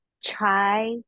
chai